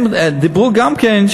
הם דיברו גם כן,